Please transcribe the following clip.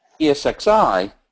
ESXi